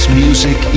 music